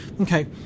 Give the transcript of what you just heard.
Okay